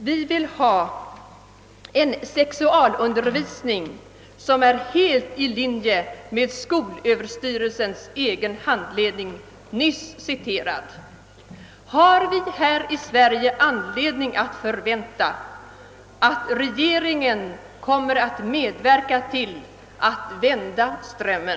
Vi vill ha en sexualundervisning helt i linje med Har vi här i Sverige anledning att förvänta, att regeringen kommer att med verka till att vända strömmen?